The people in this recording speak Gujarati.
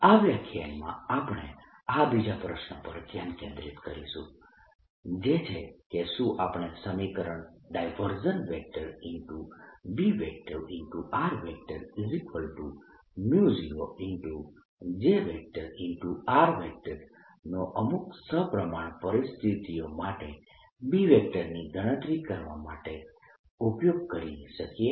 આ વ્યાખ્યાનમાં આપણે આ બીજા પ્રશ્ન પર ધ્યાન કેન્દ્રિત કરીશું જે છે કે શું આપણે સમીકરણ B0 J નો અમુક સપ્રમાણ પરિસ્થિતિઓ માટે B ની ગણતરી કરવા માટે ઉપયોગ કરી શકીએ